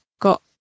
got